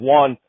one